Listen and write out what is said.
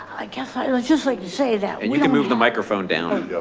i guess i was just like to say that and you can move the microphone down.